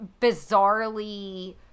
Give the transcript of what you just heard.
bizarrely